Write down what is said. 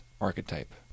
archetype